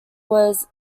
was